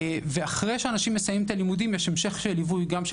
אחרי שאנשים מסיימים את הלימודים יש המשך ליווי גם של